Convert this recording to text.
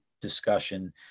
discussion